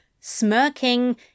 Smirking